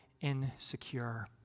insecure